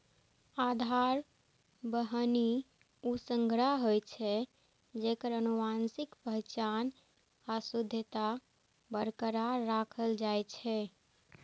आधार बीहनि ऊ संग्रह होइ छै, जेकर आनुवंशिक पहचान आ शुद्धता बरकरार राखल जाइ छै